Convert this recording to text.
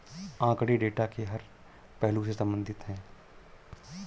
आंकड़े डेटा के हर पहलू से संबंधित है